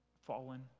fallen